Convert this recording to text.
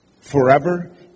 Forever